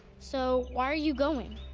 so why are you going?